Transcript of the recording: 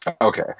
Okay